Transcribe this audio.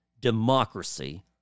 democracy